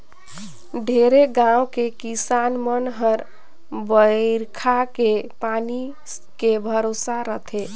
ढेरे गाँव के किसान मन हर बईरखा के पानी के भरोसा रथे